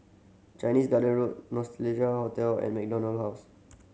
Chinese Garden Road Nostalgia Hotel and MacDonald House